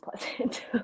pleasant